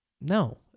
no